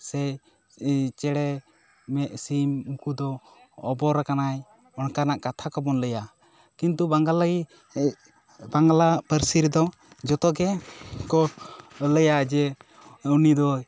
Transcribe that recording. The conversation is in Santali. ᱥᱮ ᱪᱮᱬᱮ ᱪᱮᱬᱮ ᱥᱤᱢ ᱩᱱᱠᱩᱫᱚ ᱚᱵᱚᱨ ᱟᱠᱟᱱᱟᱭ ᱚᱱᱠᱟᱱᱟᱜ ᱠᱟᱛᱷᱟ ᱠᱚᱵᱚᱱ ᱞᱟᱹᱭᱟ ᱠᱤᱱᱛᱩ ᱵᱟᱸᱜᱟᱞᱤ ᱵᱟᱝᱞᱟ ᱯᱟᱹᱨᱥᱤ ᱨᱮᱫᱚ ᱡᱷᱚᱛᱚ ᱜᱮ ᱠᱚ ᱞᱟᱹᱭᱟ ᱡᱮ ᱩᱱᱤ ᱫᱚᱭ